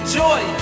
joy